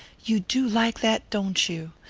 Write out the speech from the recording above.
you do like that, don't you?